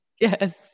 Yes